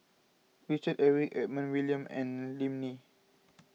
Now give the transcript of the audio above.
Richard Eric Edmund William and Lim Nee